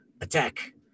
attack